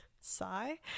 Sigh